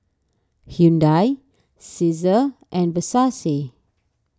Hyundai Cesar and Versace